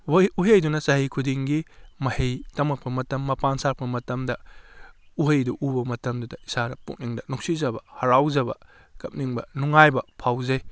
ꯍꯣꯏ ꯎꯍꯩ ꯑꯗꯨꯅ ꯆꯍꯤ ꯈꯨꯗꯤꯡꯒꯤ ꯃꯍꯩ ꯇꯝꯃꯛꯄ ꯃꯇꯝ ꯃꯄꯥꯟ ꯁꯥꯔꯛꯄ ꯃꯇꯝꯗ ꯎꯍꯩꯗꯨ ꯎꯕ ꯃꯇꯝꯗꯨꯗ ꯏꯁꯥꯅ ꯄꯨꯛꯅꯤꯡꯗ ꯅꯨꯡꯁꯤꯖꯕ ꯍꯥꯔꯥꯎꯖꯕ ꯀꯞꯅꯤꯡꯕ ꯅꯨꯡꯉꯥꯏꯕ ꯐꯥꯎꯖꯩ